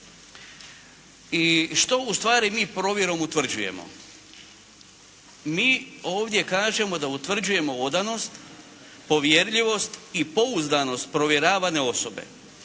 I što u stvari mi provjerom utvrđujemo? Mi ovdje kažemo da utvrđujemo odanost, povjerljivost i pouzdanost provjeravane osobe,